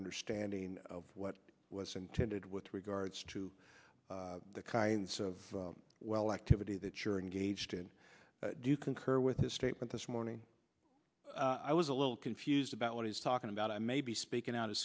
understanding of what was intended with regards to the kind of well activity that you're engaged in do you concur with this statement this morning i was a little confused about what he's talking about i may be speaking out of